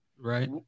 right